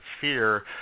fear